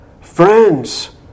Friends